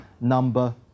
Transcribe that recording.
number